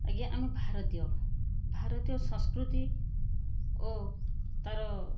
ଆଜ୍ଞା ଆମେ ଭାରତୀୟ ଭାରତୀୟ ସଂସ୍କୃତି ଓ ତାର